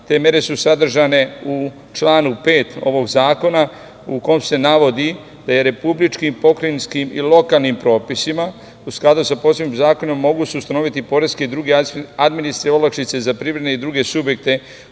Te mere su sadržane u članu 5. ovog zakona, u kom se navodi da je republičkim, pokrajinskim i lokalnim propisima u skladu sa posebnim zakonom mogu se ustanoviti poreske i druge administrativne olakšice za privredne i druge subjekte